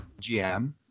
GM